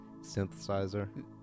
Synthesizer